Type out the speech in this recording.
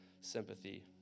sympathy